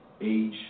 age